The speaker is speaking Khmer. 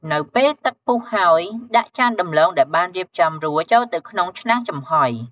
នៅពេលទឹកពុះហើយ ដាក់ចានដំឡូងដែលបានរៀបចំរួចចូលទៅក្នុងឆ្នាំងចំហុយ។